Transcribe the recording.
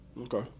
Okay